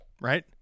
right